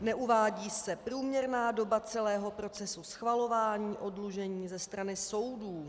Neuvádí se průměrná doba celého procesu schvalování oddlužení ze strany soudů.